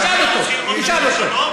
תשאל אותו, תשאל אותו.